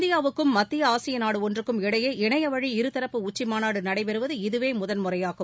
இந்தியாவுக்கும் மத்திய ஆசிய நாடு ஒன்றுக்கும் இடையே இணையவழி இருதரப்பு உச்சிமாநாடு நடைபெறுவது இதுவே முதன் முறையாகும்